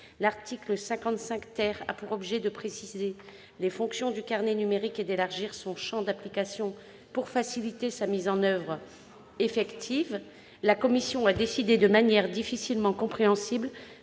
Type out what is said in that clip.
L'article 55 a pour objet de préciser les fonctions de ce document et d'élargir son champ d'application pour faciliter sa mise en oeuvre effective. La commission a décidé, de manière difficilement compréhensible,